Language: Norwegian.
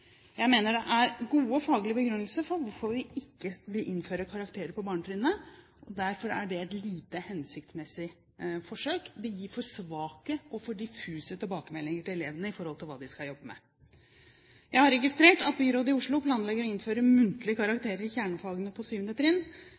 Jeg mener det er gode faglige begrunnelser for ikke å innføre karakterer på barnetrinnet, og derfor er det et lite hensiktmessig forsøk. Det gir for svake og for diffuse tilbakemeldinger til elevene med hensyn til hva de skal jobbe med. Jeg har registrert at byrådet i Oslo planlegger å innføre muntlige karakterer i kjernefagene på 7. trinn,